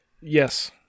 Yes